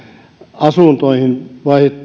asuntoihin